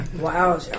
Wow